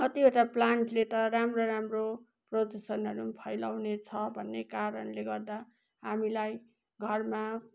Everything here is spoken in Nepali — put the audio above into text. कतिवटा प्लान्टले त राम्रो राम्रो प्रदूषणहरू पनि फैलाउने छ भन्ने कारणले गर्दा हामीलाई घरमा